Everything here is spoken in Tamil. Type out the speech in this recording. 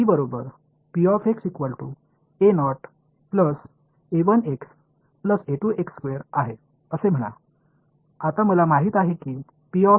மாணவர் ஆனால் இந்த புள்ளிகள் எங்கும் இருக்கக்கூடும் அதாவது அவை ஒரே மாதிரியான இடைவெளியில் இருக்க வேண்டிய அவசியமில்லை அவை இங்கே ஒரு புள்ளியாகவும் இங்கே ஒரு புள்ளியாகவும் இங்கே ஒரு புள்ளியாகவும் இருக்கலாம்